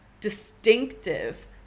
distinctive